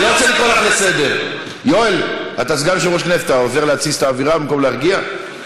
לא, אל תגיד לי ככה, שאני כמו מחרחרי מלחמה.